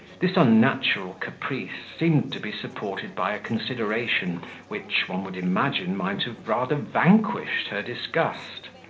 this unnatural caprice seemed to be supported by a consideration which, one would imagine, might have rather vanquished her disgust.